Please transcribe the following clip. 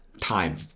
Time